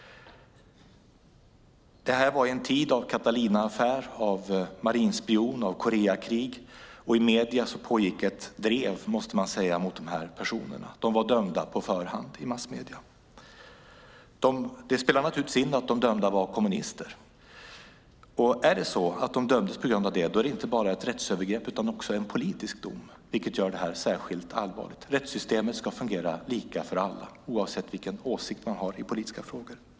Det var en tid av Catalinaaffären, marinspionen och Koreakriget, och i medierna pågick, måste man säga, ett drev mot de här personerna. De var dömda på förhand i massmedierna. Det spelade naturligtvis en roll att de dömda var kommunister. Om de dömdes på grund av detta är det inte bara ett rättsövergrepp utan också en politisk dom, vilket gör det hela särskilt allvarligt. Rättssystemet ska fungera lika för alla oavsett vilken åsikt man har i politiska frågor.